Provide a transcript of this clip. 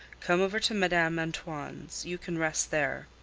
come over to madame antoine's you can rest there.